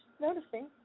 noticing